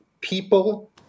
People